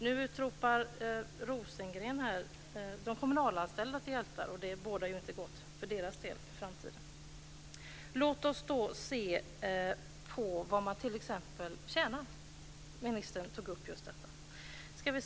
Nu utropar Rosengren de kommunalanställda till hjältar. Det bådar ju inte gott för deras del inför framtiden. Låt oss t.ex. se på vad man tjänar. Ministern tog upp just detta.